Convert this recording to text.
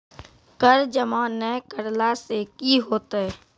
कर जमा नै करला से कि होतै?